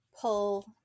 pull